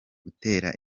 gutera